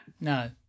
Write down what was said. No